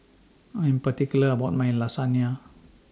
I Am particular about My Lasagne